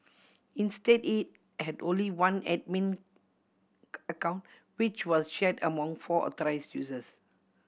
instead it had only one admin account which was shared among four authorise users